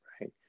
right